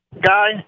guy